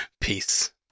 Peace